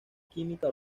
química